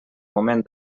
moment